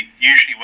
usually